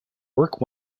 work